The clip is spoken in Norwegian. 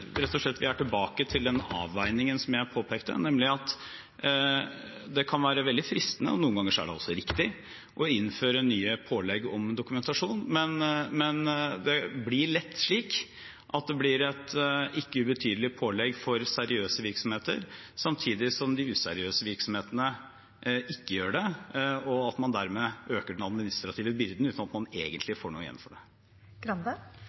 påpekte, nemlig at det kan være veldig fristende – noen ganger er det også riktig – å innføre nye pålegg om dokumentasjon, men det blir lett et ikke ubetydelig pålegg for seriøse virksomheter, samtidig som de useriøse virksomhetene ikke gjør det, og dermed øker man den administrative byrden uten at man egentlig